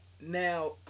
Now